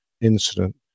incident